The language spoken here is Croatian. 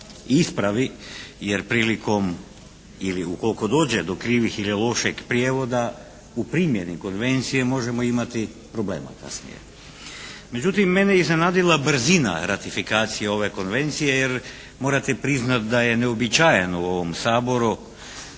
ispravi. Jer prilikom ili ukoliko dođe do krivog ili lošeg prijevoda u primjeni konvencije možemo imati problema kasnije. Međutim, mene je iznenadila brzina ratifikacije ove konvencije jer morate priznati da je neuobičajeno u ovom Saboru